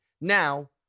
Now